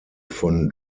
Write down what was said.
von